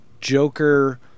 Joker